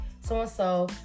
so-and-so